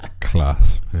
class